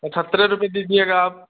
पचहत्तर रुपये दीजिएगा आप